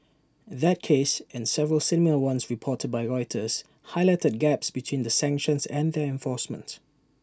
that case and several similar ones reported by Reuters Highlighted Gaps between the sanctions and their enforcement